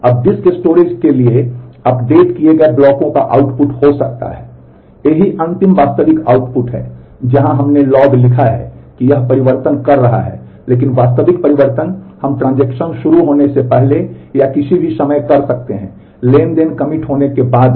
अब disk storage के लिए अपडेट किए गए ब्लॉकों का आउटपुट हो सकता है यही अंतिम वास्तविक आउटपुट है जहां हमने लॉग लिखा है कि यह परिवर्तन कर रहा है लेकिन वास्तविक परिवर्तन हम ट्रांजेक्शन शुरू होने से पहले या किसी भी समय कर सकते हैं ट्रांज़ैक्शन कमिट होने के बाद भी